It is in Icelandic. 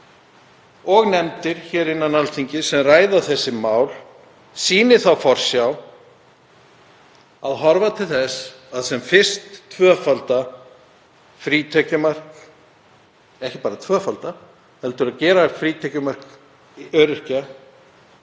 og nefndir innan Alþingis sem ræða þessi mál sýni þá forsjá að horfa til þess að tvöfalda frítekjumark sem fyrst, ekki bara tvöfalda heldur að gera frítekjumark öryrkja